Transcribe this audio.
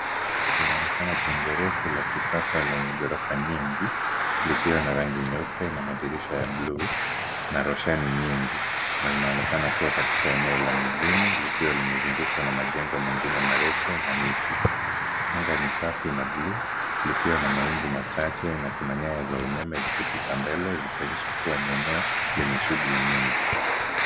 Linaonekana jengo refu la kisasa lenye ghorofa nyingi. Likiwa na rangi nyeupe na madirisha ya buluu na rosheni nyingi na linaonekana kuwa katika eneo la mijini, likiwa limezungukwa na majengo mengine marefu na miti. Anga ni safi na buluu likiwa na mawingu machache na kuna nyaya za umeme zikipita mbele zikionyesha kuwa ni eneo lenye shughuli nyingi.